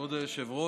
כבוד היושב-ראש,